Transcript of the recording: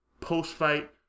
post-fight